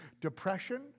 depression